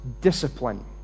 discipline